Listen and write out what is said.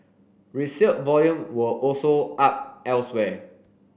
resale volume were also up elsewhere